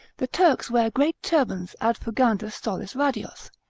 the turks wear great turbans ad fugandos solis radios,